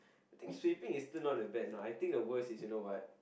think sweeping is still not that bad know I think the worse is you know what